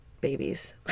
babies